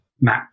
map